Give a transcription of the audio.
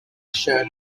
shirt